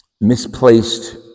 misplaced